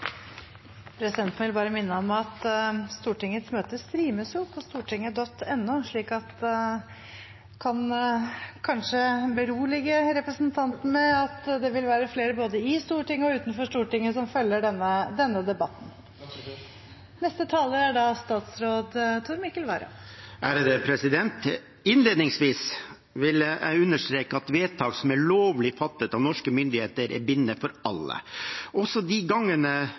Presidenten vil bare minne om at Stortingets møter streames på stortinget.no, så jeg kan kanskje berolige representanten med at det vil være flere både i og utenfor Stortinget som følger denne debatten. Takk, president! Innledningsvis vil jeg understreke at vedtak som er lovlig fattet av norske myndigheter, er bindende for alle, også de gangene